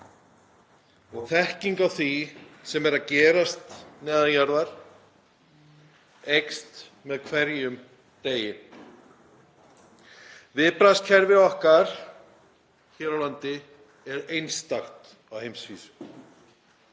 og þekking á því sem er að gerast neðan jarðar eykst með hverjum degi. Viðbragðskerfi okkar hér á landi er einstakt á heimsvísu